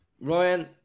Ryan